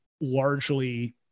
largely